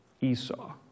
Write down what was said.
Esau